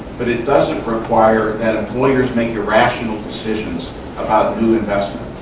but it doesn't require that employers make irrational decisions about new investment.